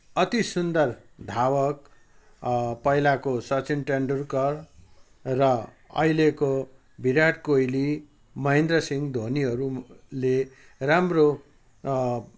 अति सुन्दर धावक पहिलाको सचिन तेन्दुलकर र अहिलेको विराट कोहली महेन्द्र सिंह धोनीहरूले राम्रो